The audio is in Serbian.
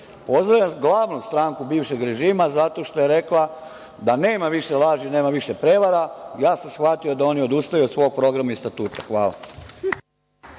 Pozdravljam glavnu stranku bivšeg režima zato što je rekla da nema više laži, nema više prevare, shvatio sam da odustaju od svog programa i statuta. Hvala.